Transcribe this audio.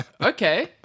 okay